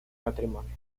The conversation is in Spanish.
matrimonio